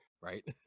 right